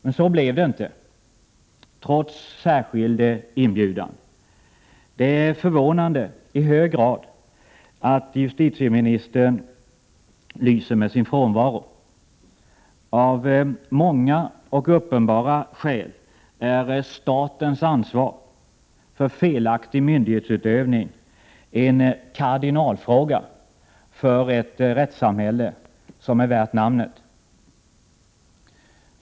Men så blev det inte, trots särskild inbjudan. Det är i hög grad förvånande att justitieministern lyser med sin frånvaro. Av många och uppenbara skäl är statens ansvar för felaktig myndighetsutövning en kardinalfråga för ett rättssamhälle som är värt namnet.